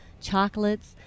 chocolates